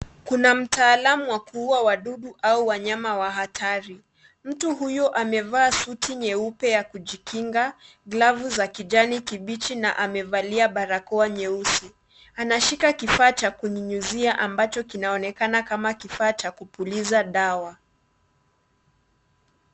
Kuna mtaalamu wa kuwa wadudu au wanyama hatari. Mtu huyu amevaa suti nyeupe ya kujikinga, glavu za kijani kibichi na amevalia barakoa nyeusi. Ameshika kifaa Cha kunyunyiza ambacho linaonekana kama kifaa Cha kupuliza dawa.